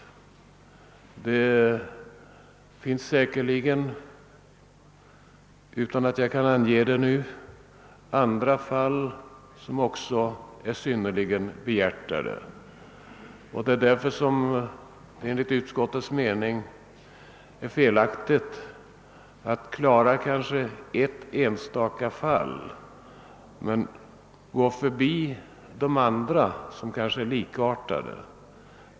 Det finns säkerligen, dock utan att jag kan lämna exempel härpå just nu, andra fall som också är synnerligen behjärtansvärda. Därför är det enligt utskottets mening felaktigt att försöka klara ett enstaka fall samtidigt som man förbigår andra. som måhända är likartade.